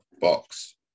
box